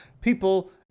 people